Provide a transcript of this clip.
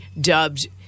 dubbed